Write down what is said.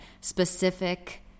specific